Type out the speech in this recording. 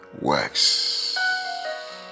works